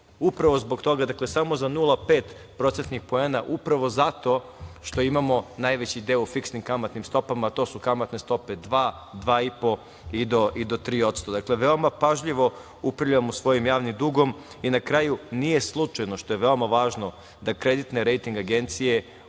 3,8%.Upravo zbog toga, dakle samo za 0,5 procentnih poena, upravo zato što imamo najveći deo u fiksnim kamatnim stopama, a to su kamatne stope 2%, 2,5% i do 3%. Dakle, veoma pažljivo upravljamo svojim javnim dugom.I na kraju nije slučajno što je veoma važno da kreditni rejting agencije